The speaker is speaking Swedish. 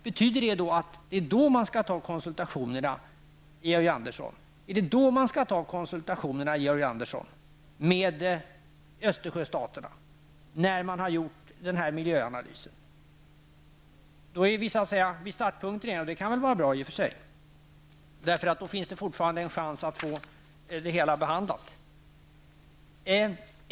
Betyder det att vi skall ha konsultationer med Östersjöstaterna, Georg Andersson, då vi har gjort en miljöanalys? Då är vi vid startpunkten ingen, och det kan i och för sig vara bra, för då finns det fortfarande en chans att få det hela behandlat.